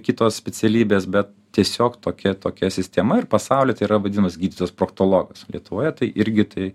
kitos specialybės bet tiesiog tokia tokia sistema ir pasaulyje tai yra vadinamas gydytojas proktologas lietuvoje tai irgi tai